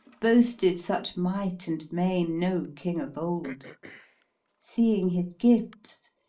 boasted such might and main no king of old seeing his gifts,